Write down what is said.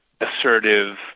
assertive